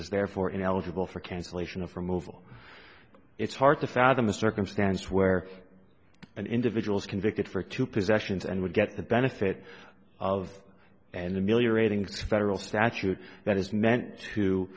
therefore ineligible for cancellation of removal it's hard to fathom a circumstance where an individual is convicted for two possessions and would get the benefit of and a million ratings federal statute that is meant to